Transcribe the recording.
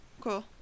cool